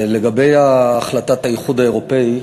לגבי החלטת האיחוד האירופי,